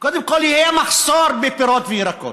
קודם כול, יהיה מחסור בפירות וירקות,